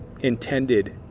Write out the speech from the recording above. intended